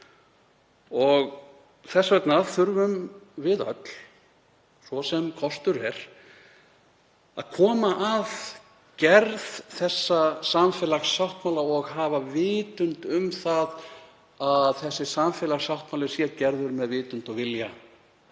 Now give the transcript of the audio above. og þess vegna þurfum við öll svo sem kostur er að koma að gerð þessa samfélagssáttmála og hafa vitund um það að hann sé gerður með vitund og vilja